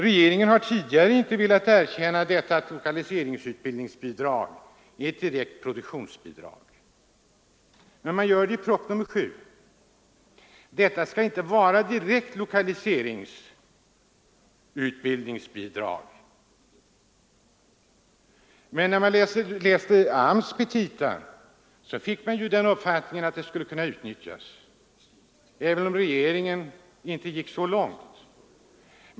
Regeringen har tidigare inte velat erkänna att detta lokaliseringsutbildningsbidrag är ett direkt produktionsbidrag, men nu gör man det i proposition nr 7 även om man inte säger det rent ut. Av AMS:s petita verkade det som om pengarna skulle kunna användas för produktionen, även om regeringen inte gick så långt.